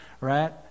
right